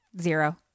Zero